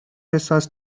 بساز